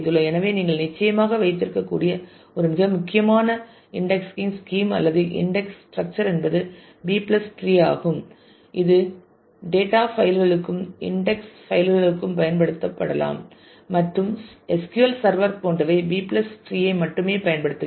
எனவே நீங்கள் நிச்சயமாக வைத்திருக்கக்கூடிய ஒரு மிக முக்கியமான இன்டெக்ஸிங் ஸ்கீம் அல்லது இன்டெக்ஸ் ஸ்ட்ரக்சர் என்பது B ட்ரீ ஆகும் இது டேட்டா பைல்களுக்கும் இன்டெக்ஸ் பைல்களுக்கும் பயன்படுத்தப்படலாம் மற்றும் SQL சர்வர் போன்றவை B ட்ரீ ஐ மட்டுமே பயன்படுத்துகின்றன